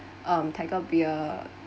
um tiger beer